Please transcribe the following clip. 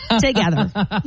together